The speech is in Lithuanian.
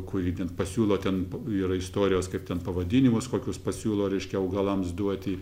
kurį ten pasiūlo ten yra istorijos kaip ten pavadinimus kokius pasiūlo reiškia augalams duoti